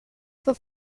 for